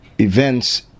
events